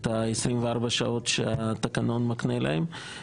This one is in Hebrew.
את ה-24 שעות שהתקנון מקנה להם.